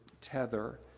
tether